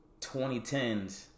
2010s